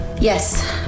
Yes